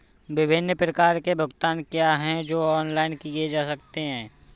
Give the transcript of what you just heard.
विभिन्न प्रकार के भुगतान क्या हैं जो ऑनलाइन किए जा सकते हैं?